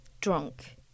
Drunk